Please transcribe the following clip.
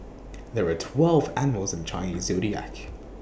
there are twelve animals in the Chinese Zodiac